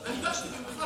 אני באתי במיוחד,